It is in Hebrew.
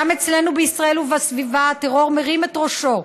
גם אצלנו בישראל ובסביבה הטרור מרים את ראשו: